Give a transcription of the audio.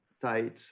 tight